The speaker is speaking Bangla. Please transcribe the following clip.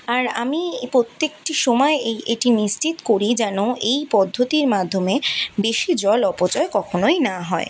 আর আমি প্রত্যরক্টি সময় এই এটি নিশ্চিত করি যেন এই পদ্ধতির মাধ্যমে বেশি জল অপচয় কখনোই না হয়